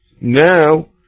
Now